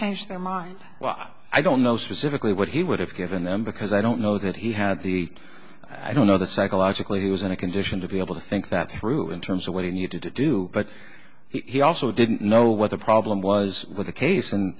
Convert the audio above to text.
changed their minds well i don't know specifically what he would have given them because i don't know that he had the i don't know the psychologically he was in a condition to be able to think that through in terms of what he needed to do but he also didn't know what the problem was with the case and